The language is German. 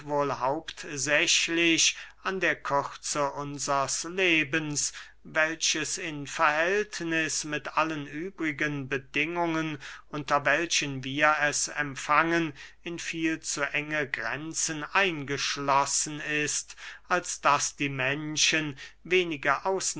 hauptsächlich an der kürze unsers lebens welches in verhältniß mit allen übrigen bedingungen unter welchen wir es empfangen in viel zu enge grenzen eingeschlossen ist als daß die menschen